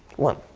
one,